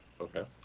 Okay